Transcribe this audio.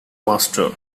master